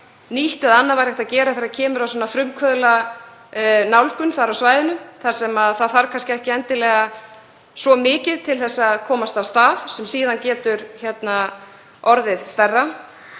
nýtt eða annað væri hægt að gera þegar kemur að svona frumkvöðlanálgun þar á svæðinu, þar sem það þarf kannski ekki endilega svo mikið til að komast af stað sem síðan getur orðið stærra.